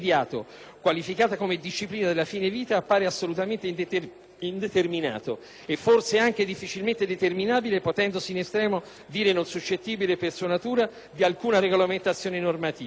qualificata come disciplina della "fine vita" appare assolutamente indeterminato e forse anche difficilmente determinabile, potendosi in estremo dire non suscettibile, per sua natura, di alcuna regolamentazione normativa